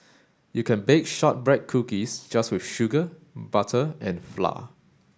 you can bake shortbread cookies just with sugar butter and flour